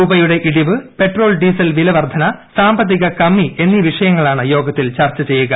രൂപയുടെ ഇടിവ് petrol diesel വില വർദ്ധന സാമ്പത്തിക കമ്മി എന്നീ വിഷയങ്ങളാണ് യോഗത്തിൽ ചർച്ചചെയ്യുക